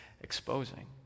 exposing